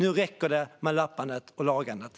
Nu räcker det med lappandet och lagandet.